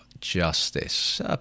justice